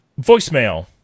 Voicemail